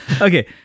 Okay